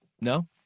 No